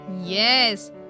Yes